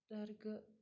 درگہٕ